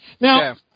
Now